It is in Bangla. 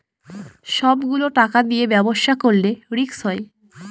সব গুলো টাকা দিয়ে ব্যবসা করলে রিস্ক হয়